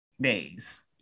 days